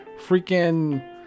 freaking